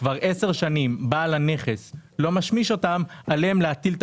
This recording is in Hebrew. שכבר עשר שנים בעל הנכס לא משמיש אותם עליהם להטיל את